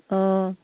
অঁ